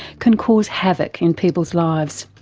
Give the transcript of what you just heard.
can cause havoc in people's lives.